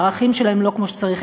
הערכים שלהם לא כמו שצריך.